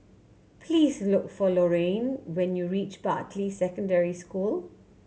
please look for Lorayne when you reach Bartley Secondary School